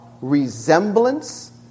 resemblance